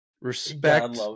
Respect